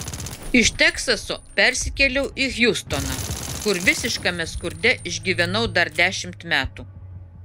iš teksaso persikėliau į hjustoną kur visiškame skurde išgyvenau dar dešimt metų